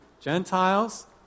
Gentiles